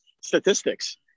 statistics